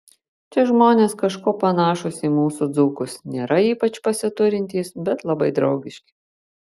čia žmonės kažkuo panašūs į mūsų dzūkus nėra ypač pasiturintys bet labai draugiški